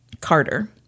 Carter